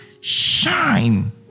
shine